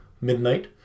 Midnight